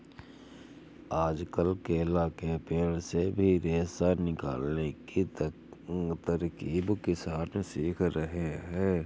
आजकल केला के पेड़ से भी रेशा निकालने की तरकीब किसान सीख रहे हैं